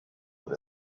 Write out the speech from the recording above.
with